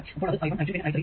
അപ്പോൾ അത് i1 i2 പിന്നെ i3